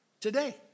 today